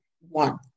one